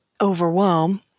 overwhelm